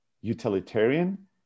utilitarian